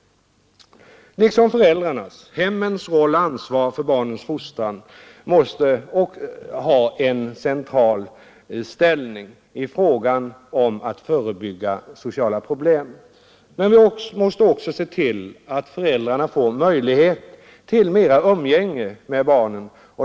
Föräldrarnas och hemmens roll och ansvar för barnens fostran måste ha en central ställning i fråga om att förebygga sociala problem. Men vi måste också se till att föräldrarna får större möjligheter till umgänge med barnen.